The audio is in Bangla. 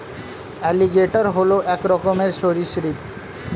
অ্যালিগেটর হল এক রকমের সরীসৃপ